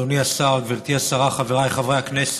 אדוני השר, גברתי השרה, חבריי חברי הכנסת,